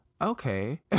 Okay